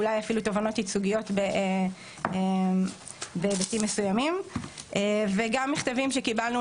אולי אפילו תובענות ייצוגיות בהיבטים מסוימים וגם מכתבים שקיבלנו,